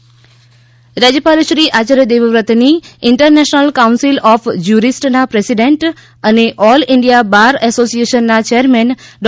રાજ્યપાલ મુલાકાત રાજ્યપાલ શ્રી આચાર્ય દેવવ્રતની ઇન્ટરનેશનલ કાઉન્સીલ ઓફ જ્યુરીસ્ટના પ્રેસિડેન્ટ અને ઓલ ઇન્ડિયા બાર એસોસિએશનના ચેરમેન ડો